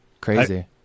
crazy